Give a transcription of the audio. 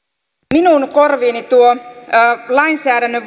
minun korviini tuo lainsäädännön